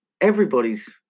everybody's